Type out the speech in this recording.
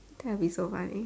that would be so funny